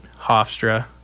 Hofstra